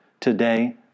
today